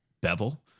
bevel